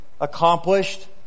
accomplished